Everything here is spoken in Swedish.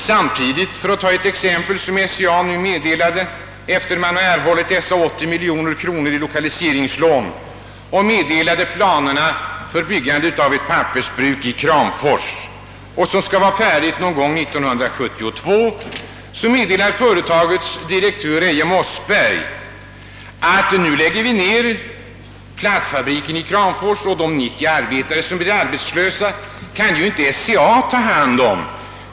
Samtidigt — för att ta ett exempel — som SCA erhöll dessa 80 miljoner kronor i lokaliseringslån och kungjorde planerna på att bygga ett pappersbruk i Kramfors, som skall bli färdigt någon gång 1972, meddelade bolagets direktör Eije Mossberg, att nu skulle plattfabriken i Kramfors nedläggas varigenom 90 arbetare skulle bli arbetslösa. Dem kunde inte SCA ta hand om.